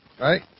Right